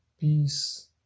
peace